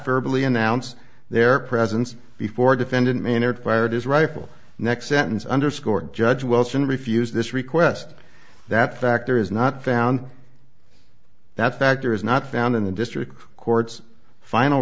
verbally announce their presence before defendant manner fired his rifle next sentence underscored judge wilson refused this request that factor is not found that factor is not found in the district court's final